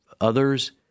others